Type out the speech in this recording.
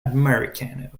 americano